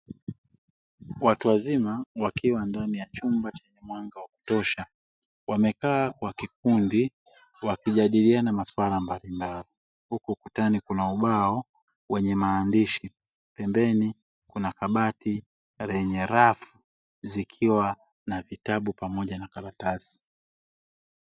Watu wazima wakiwa ndani ya chumba chenye mwanga wa kutosha wamekaa kwa kikundi wakijadiliana masuala mbalimbali, huku ukutani kuna ubao wenye maandishi pembeni kuna kabati lenye rafu zikiwa na vitabu pamoja na karatasi.